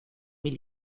mil